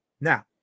Now